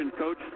Coach